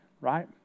Right